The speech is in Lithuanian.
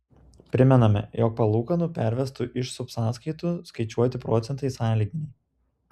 primename jog palūkanų pervestų iš subsąskaitų skaičiuoti procentai sąlyginiai